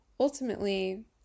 Ultimately